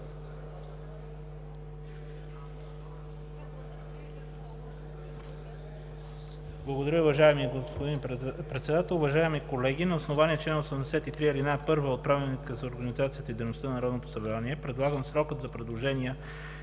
Благодаря, уважаеми господин Председател. Уважаеми колеги, на основание чл. 83, ал. 1 от Правилника за организация и дейността на Народното събрание предлагам срокът за предложения